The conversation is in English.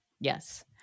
yes